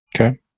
Okay